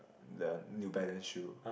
the New Balance shoe